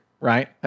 right